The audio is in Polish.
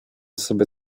sobie